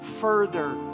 further